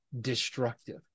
destructive